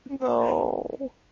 No